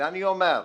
ואני אומר: